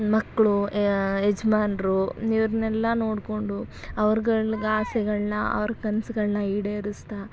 ಮಕ್ಕಳು ಯಜಮಾನ್ರು ಇವ್ರನ್ನೆಲ್ಲ ನೋಡಿಕೊಂಡು ಅವ್ರ್ಗಳ್ಗೆ ಆಸೆಗಳನ್ನ ಅವ್ರ ಕನಸ್ಗಳ್ನ ಈಡೇರಿಸ್ತಾ